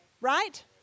Right